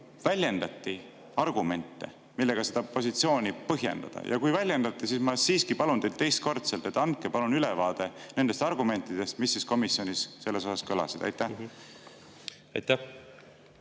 väljendati ka argumente, millega seda positsiooni põhjendada? Kui väljendati, siis ma siiski palun teid teist korda, et andke ülevaade nendest argumentidest, mis komisjonis selle kohta kõlasid. Suur